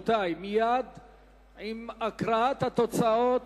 יעקב אדרי,